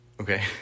Okay